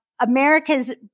America's